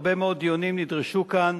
הרבה מאוד דיונים נדרשו כאן,